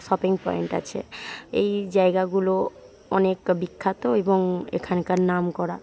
shopping point আছে এই জায়গাগুলো অনেক বিখ্যাত এবং এখানকার নামকরা